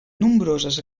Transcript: nombroses